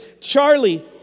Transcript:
Charlie